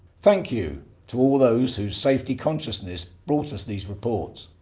thank you to all those whose safety consciousness brought us these reports